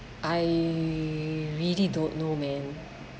I really don't know man